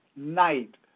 night